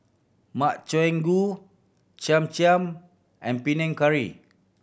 Makchang Gui Cham Cham and Panang Curry